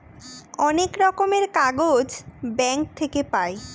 অনেক রকমের কাগজ ব্যাঙ্ক থাকে পাই